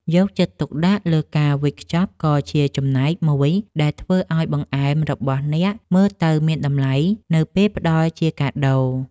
យកចិត្តទុកដាក់លើការវេចខ្ចប់ក៏ជាចំណែកមួយដែលធ្វើឱ្យបង្អែមរបស់អ្នកមើលទៅមានតម្លៃនៅពេលផ្ដល់ជាកាដូ។